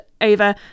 over